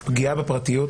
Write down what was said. הוא שפגיעה בפרטיות